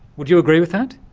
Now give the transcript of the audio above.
would you agree with that?